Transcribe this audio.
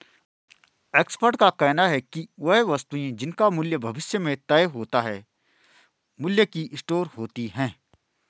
expert का कहना है कि वे वस्तुएं जिनका मूल्य भविष्य में तय होता है मूल्य की स्टोर होती हैं